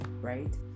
right